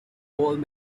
old